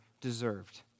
deserved